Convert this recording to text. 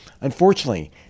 Unfortunately